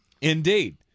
Indeed